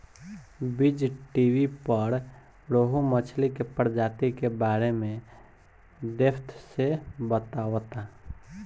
बीज़टीवी पर रोहु मछली के प्रजाति के बारे में डेप्थ से बतावता